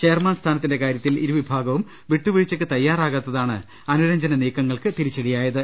chairman സ്ഥാനത്തിന്റെ കാര്യത്തിൽ ഇരുവിഭാഗവും വിട്ടുവീഴ്ചക്ക് തയ്യാറാകാത്തതാണ് അനുരഞ്ജന നീക്ക ങ്ങൾക്ക് തിരിച്ചുടിയായത്